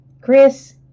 Chris